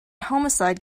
homicide